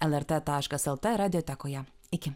lrt taškas lt radiotekoje iki